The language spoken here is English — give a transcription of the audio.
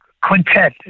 quintet